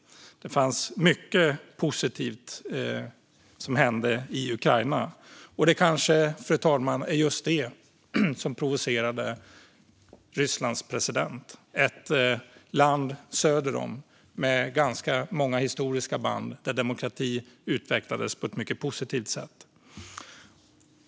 Det fanns mycket positivt som hände i Ukraina, och kanske, fru talman, var det just detta som provocerade Rysslands president - att demokratin utvecklades på ett mycket positivt sätt i ett land söder om hans, med många historiska band.